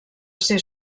ser